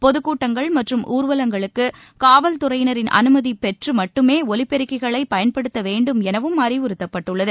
பொதுக் கூட்டங்கள் மற்றும் ஊர்வலங்களுக்கு காவல்துறையினரின் அனுமதி பெற்று மட்டுமே ஒலிபெருக்கிகளைப் பயன்படுத்த வேண்டும் எனவும் அறிவுறுத்தப்பட்டுள்ளது